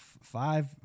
five